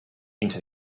into